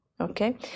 Okay